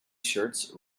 shirts